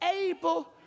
Able